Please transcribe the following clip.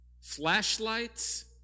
Flashlights